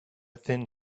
thin